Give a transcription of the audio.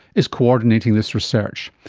is coordinating this research.